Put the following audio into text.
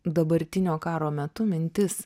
dabartinio karo metu mintis